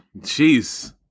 Jeez